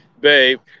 babe